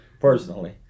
personally